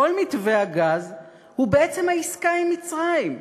כל מתווה הגז, הוא בעצם העסקה עם מצרים.